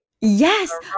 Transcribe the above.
Yes